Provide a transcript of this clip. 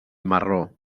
marró